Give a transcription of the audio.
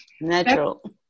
natural